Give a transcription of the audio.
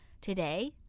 today